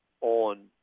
on